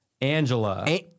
Angela